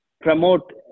promote